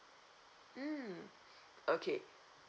mm okay